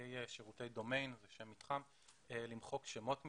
לספקי שירותי דומיין למחוק שמות מתחם.